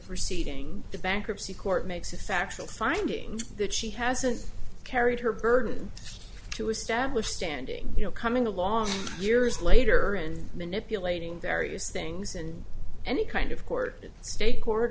proceedings the bankruptcy court makes a factual finding that she hasn't carried her burden to establish standing you know coming along years later and manipulating various things and any kind of court